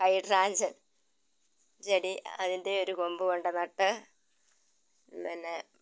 ഹൈട്രാഞ്ച് ചെടി അതിൻ്റെ ഒരു കൊമ്പ് കൊണ്ട് നട്ട് പിന്നെ